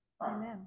Amen